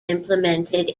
implemented